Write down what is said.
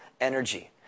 energy